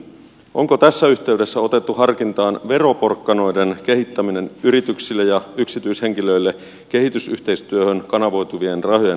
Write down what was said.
onko tässä yhteydessä otettu harkintaan veroporkkanoiden kehittäminen yrityksille ja yksityishenkilöille kehitysyhteistyöhön kanavoituvien rahojen lisäämiseksi